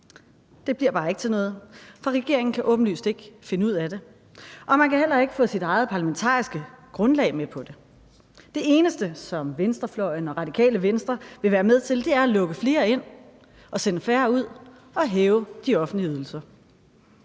Det bliver bare ikke til noget, for regeringen kan åbenlyst ikke finde ud af det, og man kan heller ikke få sit eget parlamentariske grundlag med på det. Det eneste, som venstrefløjen og Radikale Venstre vil være med til, er at lukke flere ind og sende færre ud og hæve de offentlige ydelser.